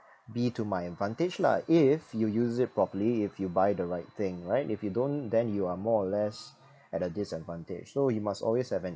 be to my advantage lah if you use it properly if you buy the right thing right if you don't then you are more or less at a disadvantage so you must always have an